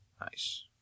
Nice